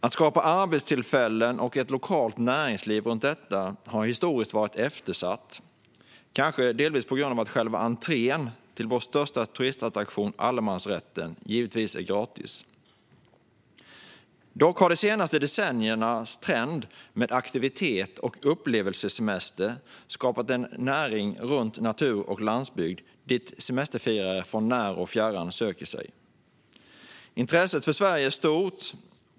Att skapa arbetstillfällen och ett lokalt näringsliv runt detta har historiskt varit eftersatt, kanske delvis på grund av att själva entrén till vår största turistattraktion, allemansrätten, är gratis. De senaste decenniernas trend med aktivitets och upplevelsesemester har dock skapat en näring runt natur och landsbygd dit semesterfirare från när och fjärran söker sig. Intresset för Sverige är stort.